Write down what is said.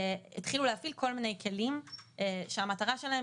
התחילו להפעיל כל מיני כלים שהמטרה שלהן